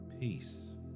Peace